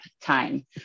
time